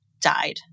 died